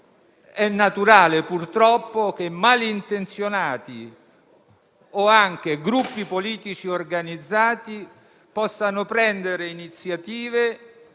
è naturale purtroppo che malintenzionati o anche gruppi politici organizzati prendano iniziative